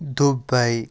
Dubai